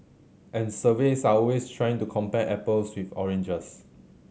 and surveys are always trying to compare apples with oranges